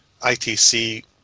ITC